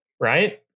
Right